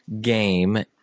game